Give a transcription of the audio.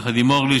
יחד עם אורלי,